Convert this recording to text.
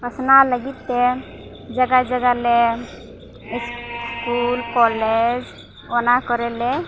ᱯᱟᱥᱱᱟᱣ ᱞᱟᱹᱜᱤᱫᱼᱛᱮ ᱡᱟᱭᱜᱟ ᱡᱟᱭᱜᱟᱞᱮ ᱥᱠᱩᱞ ᱠᱚᱞᱮᱡᱽ ᱚᱱᱟ ᱠᱚᱨᱮᱞᱮ